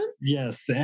Yes